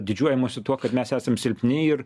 didžiuojamasi tuo kad mes esam silpni ir